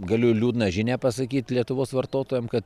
galiu liūdną žinią pasakyt lietuvos vartotojam kad